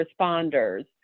responders